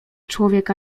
człowiek